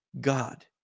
God